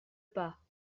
pas